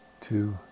two